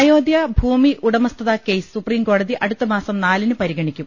അയോധ്യ ഭൂമി ഉടമസ്ഥതാ കേസ് സുപ്രീംകോടതി അടുത്തമാസം നാലിന് പരിഗണിക്കും